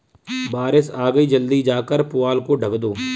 बारिश आ गई जल्दी जाकर पुआल को ढक दो